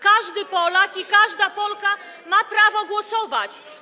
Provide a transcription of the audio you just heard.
Każdy Polak i każda Polka ma prawo głosować.